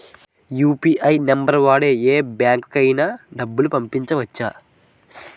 UPI number వాడి యే బ్యాంకుకి అయినా డబ్బులు పంపవచ్చ్చా?